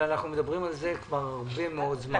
אבל אנחנו מדברים על זה כבר הרבה מאוד זמן.